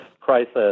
crisis